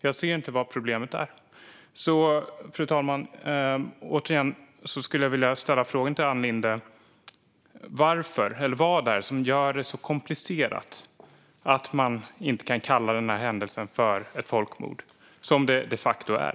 Jag ser inte vad problemet är. Fru talman! Jag skulle återigen vilja fråga Ann Linde vad det är som gör det så komplicerat att man inte kan kalla händelsen för ett folkmord, vilket den de facto är.